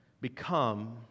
become